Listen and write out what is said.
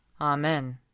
Amen